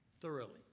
thoroughly